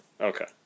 Okay